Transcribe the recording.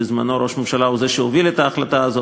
בזמנו ראש הממשלה הוא זה שהוביל את ההחלטה הזאת,